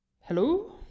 Hello